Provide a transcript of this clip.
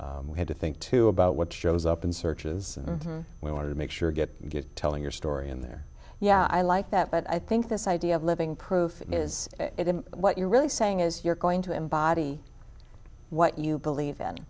and we had to think too about what shows up in searches and we wanted to make sure get good telling your story in there yeah i like that but i think this idea of living proof is what you're really saying is you're going to embody what you believe in